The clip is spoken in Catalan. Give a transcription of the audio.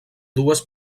dues